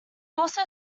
also